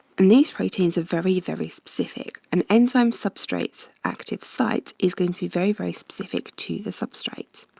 and these proteins are very, very specific and enzyme substrates active sites is going to be very, very specific to the substrates.